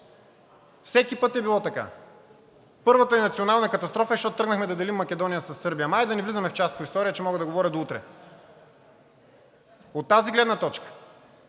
Всеки път е било така. Първата ни национална катастрофа е, защото тръгнахме да делим Македония със Сърбия, но хайде да не влизаме в час по история, че мога да говоря до утре. От тази гледна точка